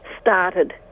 started